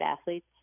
athletes